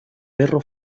perro